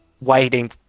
waiting